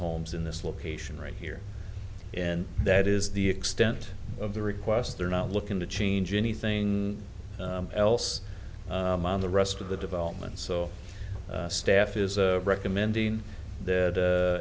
homes in this location right here and that is the extent of the request they're not looking to change anything else on the rest of the development so staff is recommending that